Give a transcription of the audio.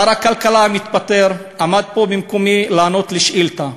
שר הכלכלה המתפטר עמד פה במקומי לענות על שאילתה,